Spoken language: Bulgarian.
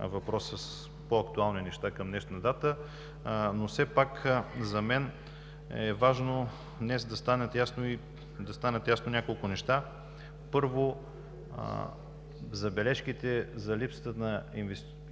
въпроса с по актуални неща към днешна дата. Все пак за мен е важно днес да станат ясни няколко неща. Първо, забележките за липсата на